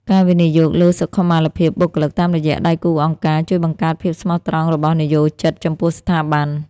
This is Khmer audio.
ការវិនិយោគលើសុខុមាលភាពបុគ្គលិកតាមរយៈដៃគូអង្គការ ជួយបង្កើតភាពស្មោះត្រង់របស់និយោជិតចំពោះស្ថាប័ន។